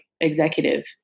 executive